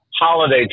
holiday